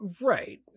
Right